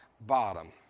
bottom